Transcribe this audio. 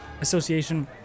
Association